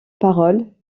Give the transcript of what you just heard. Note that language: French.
parole